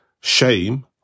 Shame